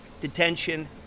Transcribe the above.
detention